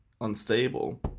unstable